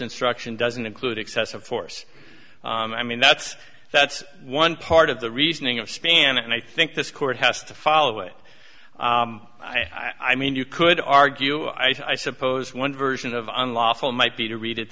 instruction doesn't include excessive force i mean that's that's one part of the reasoning of spann and i think this court has to follow it i mean you could argue i suppose one version of unlawful might be to read it